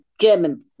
German